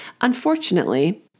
Unfortunately